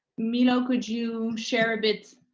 milo, could you share a bit?